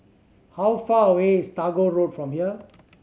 how far away is Tagore Road from here